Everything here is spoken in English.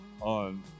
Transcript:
on